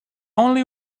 only